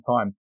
time